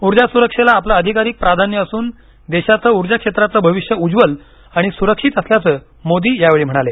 ऊर्जा सुरक्षेला आपलं अधिकाधिक प्राधान्य असून देशाचं ऊर्जा क्षेत्रातलं भविष्य उज्ज्वल आणि सुरक्षित असल्याचं मोदी यावेळी म्हणाले